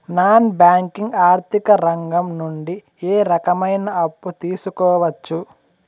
Non banking ఆర్థిక రంగం నుండి ఏ రకమైన అప్పు తీసుకోవచ్చు?